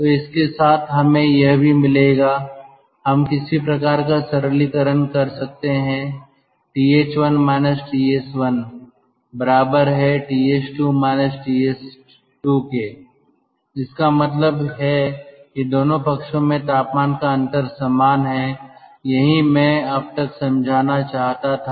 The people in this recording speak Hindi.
तो इसके साथ हमें यह भी मिलेगा हम किसी प्रकार का सरलीकरण कर सकते हैं TH1 TS1 बराबर है TH2 TS2 के इसका मतलब है कि दोनों पक्षों में तापमान का अंतर समान हैं यही मैं अब तक समझाना चाहता था